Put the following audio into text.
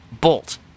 Bolt